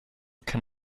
can